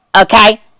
Okay